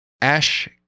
Ash